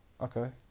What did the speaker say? Okay